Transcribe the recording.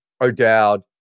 O'Dowd